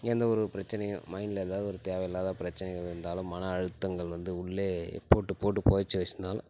எந்த ஒரு பிரச்சினையும் மைண்டில் எதாவது ஒரு தேவையில்லாத பிரச்சினைகள் இருந்தாலும் மன அழுத்தங்கள் வந்து உள்ளே போட்டு போட்டு புதச்சி வச்சிருந்தாலும்